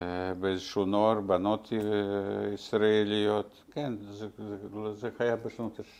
‫באיזשהו נוער, בנות ישראליות. ‫כן, זה היה בשנות ה-60.